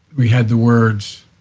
we had the words,